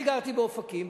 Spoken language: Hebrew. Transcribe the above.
אני גרתי באופקים.